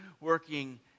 working